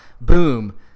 boom